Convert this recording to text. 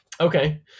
Okay